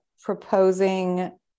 proposing